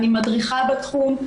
אני מדריכה בתחום.